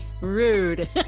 rude